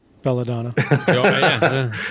belladonna